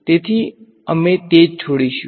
તેથી અમે તે જ છોડીશું